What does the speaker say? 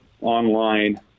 online